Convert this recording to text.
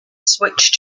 switch